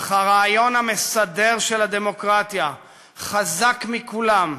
אך הרעיון המסדר של הדמוקרטיה חזק מכולם,